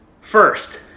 First